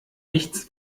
nichts